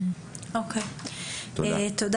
תודה